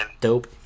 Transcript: Dope